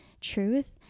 truth